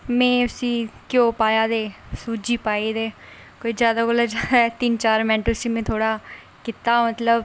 ते में उसी घ्योऽ पाया ते सूजी पाई ते कोई जादै कोला जादै कोई तिन्न चार मिंट में जादै कीता मतलब